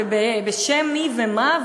בשם מי ומה,